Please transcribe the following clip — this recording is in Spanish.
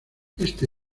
este